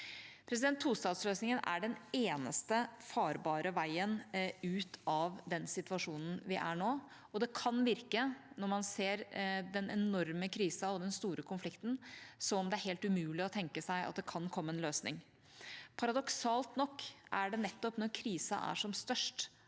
Tostatsløsningen er den eneste farbare veien ut av den situasjonen som er nå. Når man ser den enorme krisen og den store konflikten, kan det virke helt umulig å tenke seg at det kan komme en løsning. Paradoksalt nok er det nettopp når krisen er som størst,